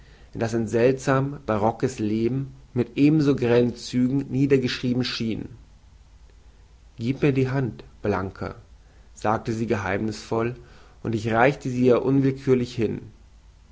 das ein seltsam barokkes leben mit eben so grellen zügen niedergeschrieben schien gieb mir die hand blanker sagte sie geheimnißvoll und ich reichte sie ihr unwillkührlich hin